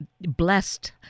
blessed